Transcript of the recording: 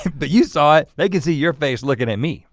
but you saw it. they can see your face looking at me